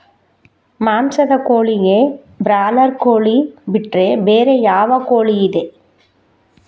ಮಾಂಸದ ಕೋಳಿಗೆ ಬ್ರಾಲರ್ ಕೋಳಿ ಬಿಟ್ರೆ ಬೇರೆ ಯಾವ ಕೋಳಿಯಿದೆ?